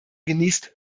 genießt